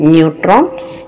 Neutrons